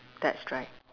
that's right